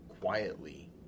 quietly